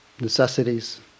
necessities